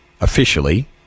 Officially